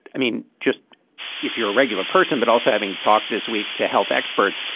i mean, just if you're a regular person, but also having talked this week to health experts,